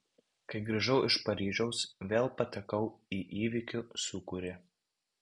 kai grįžau iš paryžiaus vėl patekau į įvykių sūkurį